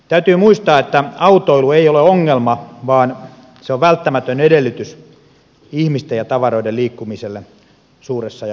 täytyy muistaa että autoilu ei ole ongelma vaan se on välttämätön edellytys ihmisten ja tavaroiden liikkumiselle suuressa ja harvaan asutussa maassa